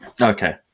Okay